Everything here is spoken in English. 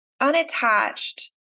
unattached